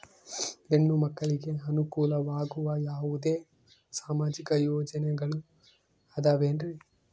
ಹೆಣ್ಣು ಮಕ್ಕಳಿಗೆ ಅನುಕೂಲವಾಗುವ ಯಾವುದೇ ಸಾಮಾಜಿಕ ಯೋಜನೆಗಳು ಅದವೇನ್ರಿ?